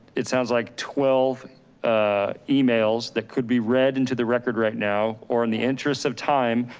it sounds like twelve ah emails that could be read into the record right now, or in the interest of time,